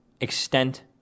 extent